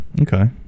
Okay